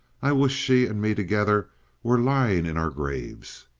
i wish she and me together were lying in our graves.